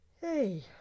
Hey